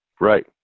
Right